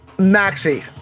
maxi